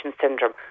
syndrome